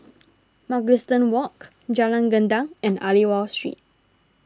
Mugliston Walk Jalan Gendang and Aliwal Street